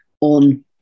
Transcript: on